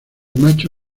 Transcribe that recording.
macho